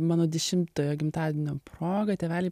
mano dešimtojo gimtadienio proga tėveliai